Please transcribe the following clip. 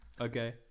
okay